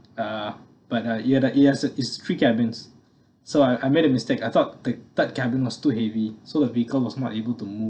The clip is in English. uh but uh it it has three cabins so I made a mistake I thought the third cabin was too heavy so the vehicle was not able to